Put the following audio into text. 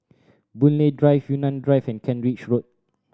Boon Lay Drive Yunnan Drive and Kent Ridge Road